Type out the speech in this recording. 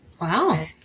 Wow